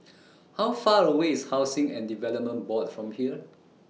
How Far away IS Housing and Development Board from here